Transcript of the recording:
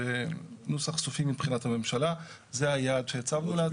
נוסח סופי מבחינת הממשלה, זה היעד שהצבנו לעצמנו.